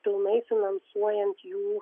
pilnai finansuojant jų